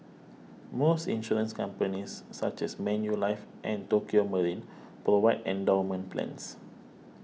most insurance companies such as Manulife and Tokio Marine provide endowment plans